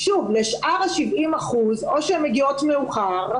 שוב, לשאר ה-70%, או שהן מגיעות מאוחר.